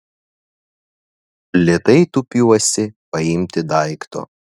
lėtai tūpiuosi paimti daikto